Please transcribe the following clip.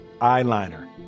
Eyeliner